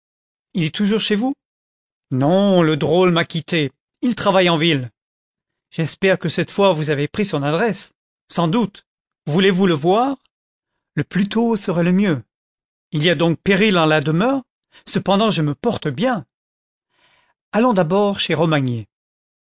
il est toujours chez vous non le drôle m'a quitté il travaille en ville j'espère que cette fois vous avez pris son adresse sans doute voulez-vous le voir le plus tôt sera le mieux il y a donc péril en la demeure cependant je me porte bien allons d'abord chez romagné